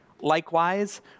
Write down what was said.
Likewise